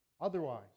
otherwise